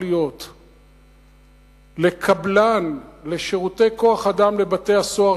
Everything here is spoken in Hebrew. להיות קבלן לשירותי כוח-אדם לבתי-הסוהר,